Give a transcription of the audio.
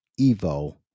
Evo